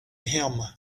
him